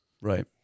Right